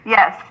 Yes